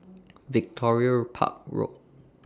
Victoria Park Road